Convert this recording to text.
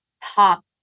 pop